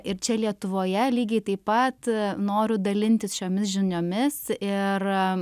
ir čia lietuvoje lygiai taip pat noriu dalintis šiomis žiniomis ir